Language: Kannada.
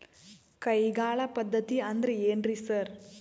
ಕೈಗಾಳ್ ಪದ್ಧತಿ ಅಂದ್ರ್ ಏನ್ರಿ ಸರ್?